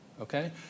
okay